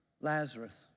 Lazarus